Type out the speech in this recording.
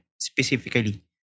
specifically